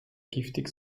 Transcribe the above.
giftig